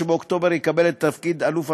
שבאוקטובר יקבל דרגת אלוף משנה,